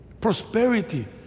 Prosperity